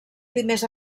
primers